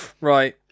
right